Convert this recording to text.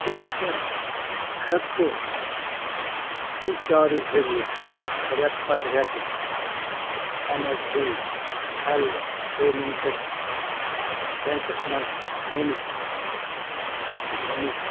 کیٛاہ ژٕ ہیٚکہٕ کھہٕ فرٛی چارٕج ذریعہٕ ریٚتہٕ پتہٕ ریٚتہٕ N S D L payments banks منٛز میٛٲنِس میٛٲنِس